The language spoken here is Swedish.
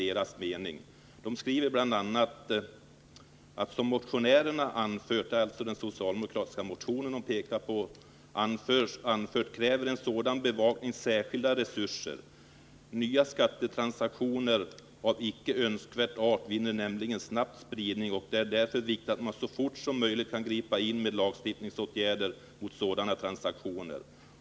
Verket skriver bl.a. — här pekar man på den socialdemokratiska motionen — att en sådan bevakning kräver ”särskilda resurser. Nya skattetransaktioner av icke önskvärd art vinner nämligen snabbt spridning och det är därför viktigt att man så fort som möjligt kan gripa in med lagstiftningsåtgärder mot sådana transaktioner.